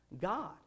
God